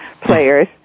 players